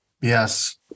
yes